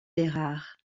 bérard